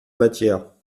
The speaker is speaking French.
matière